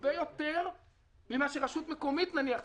הרבה יותר ממה שרשות מקומית מפצה כאשר היא